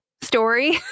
story